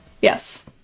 Yes